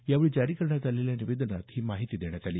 यावेळी जारी करण्यात आलेल्या निवेदनात ही माहिती देण्यात आली